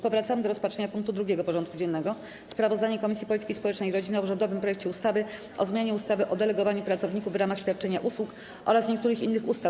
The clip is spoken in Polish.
Powracamy do rozpatrzenia punktu 2. porządku dziennego: Sprawozdanie Komisji Polityki Społecznej i Rodziny o rządowym projekcie ustawy o zmianie ustawy o delegowaniu pracowników w ramach świadczenia usług oraz niektórych innych ustaw.